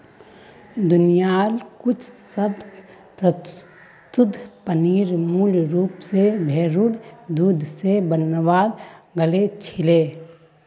दुनियार कुछु सबस प्रसिद्ध पनीर मूल रूप स भेरेर दूध स बनाल गेल छिले